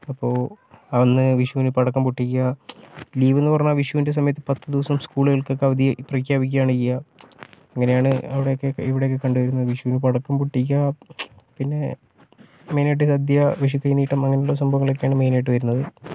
അപ്പോൾ അന്ന് വിഷുവിന് പടക്കം പൊട്ടിക്കുക ലീവെന്ന് പറഞ്ഞാൽ വിഷുവിൻ്റെ സമയത്ത് പത്ത് ദിവസം സ്ക്കൂളുകൾക്കൊക്കെ അവധി പ്രഖ്യാപിക്കാണ് ചെയ്യുക അങ്ങനെയാണ് അവിടെയൊക്കെ ഇവിടെയൊക്കെ കണ്ടുവരുന്നത് വിഷുവിന് പടക്കം പൊട്ടിക്കുക പിന്നേ മെയിനായിട്ട് സദ്യ വിഷുക്കൈനീട്ടം അങ്ങിനെയുള്ള സംഭവങ്ങളൊക്കെയാണ് മെയിനായിട്ട് വരുന്നത്